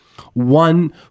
one